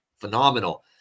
phenomenal